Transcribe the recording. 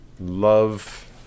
love